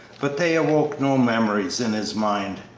but they awoke no memories in his mind.